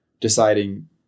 deciding